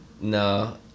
No